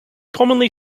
commonly